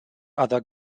other